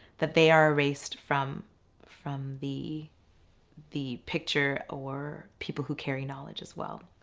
that they are erased from from the the picture, or people who carry knowledge as well.